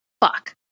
fuck